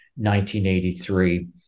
1983